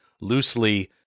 Loosely